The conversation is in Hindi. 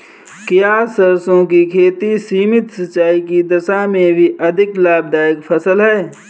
क्या सरसों की खेती सीमित सिंचाई की दशा में भी अधिक लाभदायक फसल है?